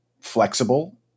flexible